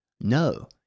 No